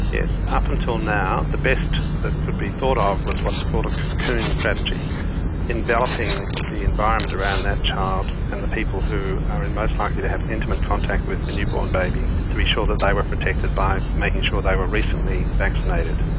up until now the best that could be thought of was what's called a cocoon strategy enveloping the environment around that child and the people who are most likely to have intimate contact with a newborn baby to be sure that they were protected by making sure they were recently vaccinated,